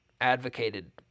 advocated